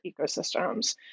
ecosystems